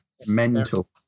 mental